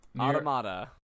Automata